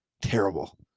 Terrible